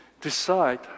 decide